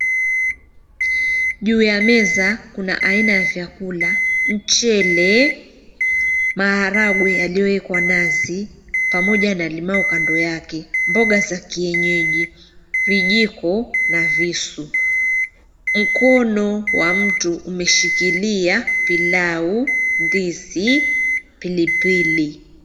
Juu ya meza kuna aina ya vyakula: mchele, maharagwe, yaliyowekwa nazi pamoja na limau kando yake, mboga za kienyeji, vijiko na visu mkono wa mtu umeshikilia pilau, ndizi, pilipili.